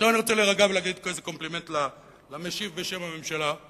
עכשיו אני רוצה להירגע ולהגיד איזה קומפלימנט למשיב בשם הממשלה.